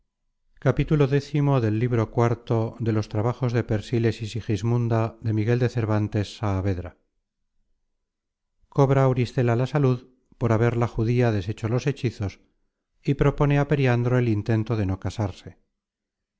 peligro se cobra auristela la salud por haber la judía deshecho los hechizos y propone á periandro el intento de no casarse